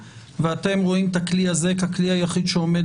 ואתם רואים את הכלי הזה ככלי היחיד שעומד